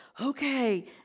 okay